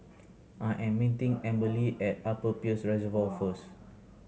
I am meeting Amberly at Upper Peirce Reservoir first